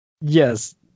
Yes